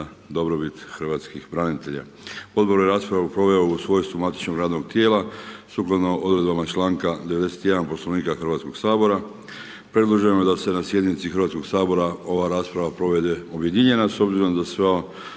dobrobit hrvatskih branitelja. Odbor je raspravu proveo u svojstvu matičnog radnog tijela sukladno odredbama članka 91. Poslovnika Hrvatskoga sabora. Predloženo je da se na sjednici Hrvatskoga sabora ova rasprava provede objedinjena s obzirom sva tri